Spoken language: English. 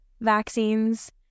vaccines